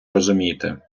розумієте